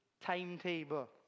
timetable